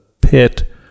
pit